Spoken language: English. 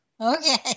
Okay